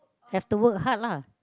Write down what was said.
have to work hard lah